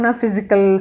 physical